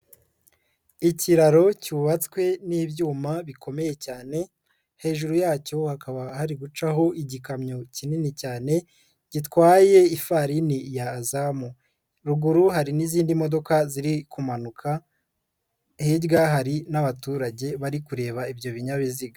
Ikiraro cyubatswe n'ibyuma bikomeye cyane, hejuru yacyo hakaba hari gucaho igikamyo kinini cyane gitwaye ifarini y'azamu, ruguru hari n'izindi modoka ziri kumanuka, hirya hari n'abaturage bari kureba ibyo binyabiziga.